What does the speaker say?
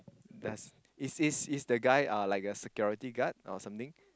does is is is the guy uh like a security guard or something